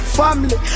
family